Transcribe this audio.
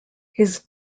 his